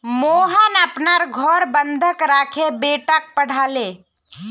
मोहन अपनार घर बंधक राखे बेटाक पढ़ाले